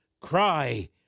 cry